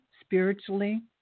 spiritually